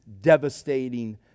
devastating